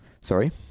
Sorry